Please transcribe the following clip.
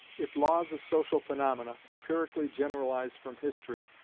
if laws of social phaenomena, empirically generalized from history,